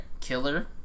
killer